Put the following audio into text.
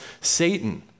Satan